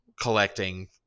collecting